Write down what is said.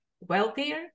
wealthier